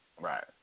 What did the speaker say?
Right